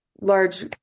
large